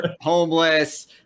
homeless